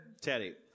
Teddy